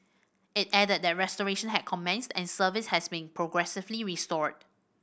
it added that restoration had commenced and service has been progressively restored